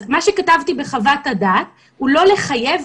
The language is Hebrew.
מה שכתבתי בחוות הדעת הוא לא לחייב,